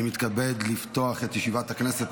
אני מתכבד לפתוח את ישיבת הכנסת.